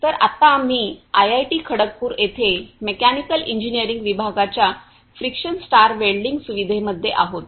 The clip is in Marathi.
तर आत्ता आम्ही आयआयटी खडगपूर येथे मेकॅनिकल इंजिनीअरिंग विभागाच्या फ्रिक्शन स्ट्रार वेल्डिंग सुविधेमध्ये आहोत